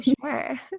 Sure